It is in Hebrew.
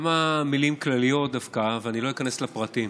כמה מילים כלליות דווקא, ואני לא איכנס לפרטים.